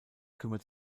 kümmert